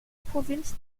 provinz